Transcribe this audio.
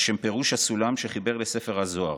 על שם פירוש הסולם שחיבר לספר הזוהר.